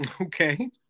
Okay